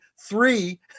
three